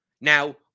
Now